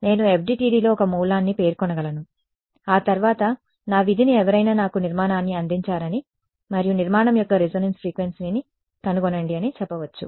నేను FDTDలో ఒక మూలాన్ని పేర్కొనగలను ఆ తర్వాత నా విధిని ఎవరైనా నాకు నిర్మాణాన్ని అందించారని మరియు నిర్మాణం యొక్క రెసోనాన్స్ ఫ్రీక్వెన్సీని కనుగొనండి అని చెప్పవచ్చు